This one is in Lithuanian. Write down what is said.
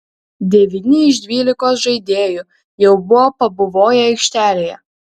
devyni iš dvylikos žaidėjų jau buvo pabuvoję aikštelėje